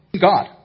God